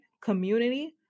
community